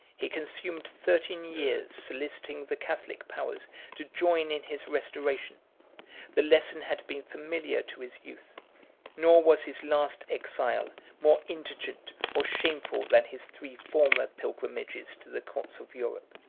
he consumed thirteen years, soliciting the catholic powers to join in his restoration the lesson had been familiar to his youth nor was his last exile more indigent or shameful than his three former pilgrimages to the courts of europe.